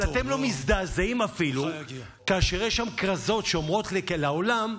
אבל אתם לא מזדעזעים אפילו כאשר יש שם כרזות שאומרות לעולם: